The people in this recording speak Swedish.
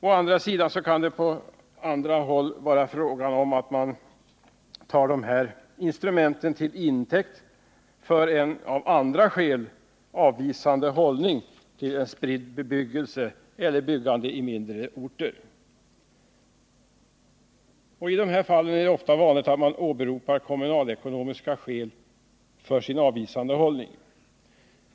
Å andra sidan kan man på andra håll ta dessa instrument till intäkt för en av andra skäl avvisande hållning till en spridd bebyggelse eller till byggande på mindre orter. I dessa fall åberopar man ofta kommunalekonomiska skäl för sin avvisande hållning.